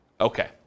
Okay